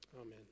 Amen